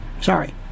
Sorry